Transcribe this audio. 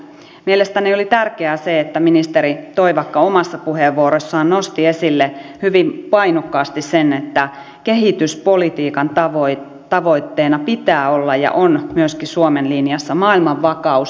mielestäni oli tärkeää se että ministeri toivakka omassa puheenvuorossaan nosti esille hyvin painokkaasti sen että kehityspolitiikan tavoitteena pitää olla ja on myöskin suomen linjassa maailman vakaus